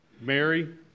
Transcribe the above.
Mary